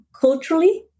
culturally